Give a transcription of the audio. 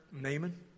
Naaman